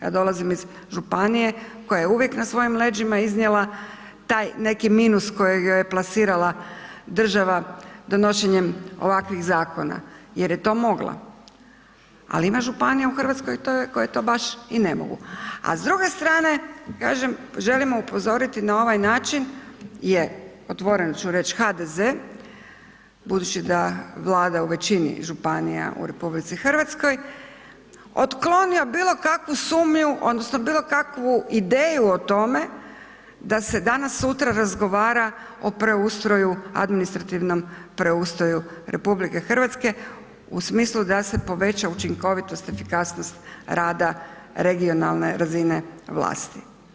Ja dolazim iz županije koja je uvijek na svojim leđima iznijela taj neki minus kojega je plasirala država donošenjem ovakvih zakona jer je to mogla, ali ima županija u Hrvatskoj koje to baš i ne mogu, a s druge strane, kažem, želimo upozoriti na ovaj način je otvoren ću reć, HDZ, budući da vlada u većini županija u RH, otklonio bilo kakvu sumnju odnosno bilo kakvu ideju o tome da se danas sutra razgovara o preustroju, administrativnom preustroju RH, u smislu da se poveća učinkovitost, efikasnost rada regionalne razine vlasti.